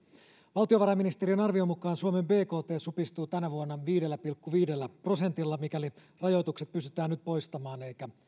valtiovarainministeriön arvion mukaan suomen bkt supistuu tänä vuonna viidellä pilkku viidellä prosenttilla mikäli rajoitukset pystytään nyt poistamaan eikä